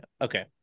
Okay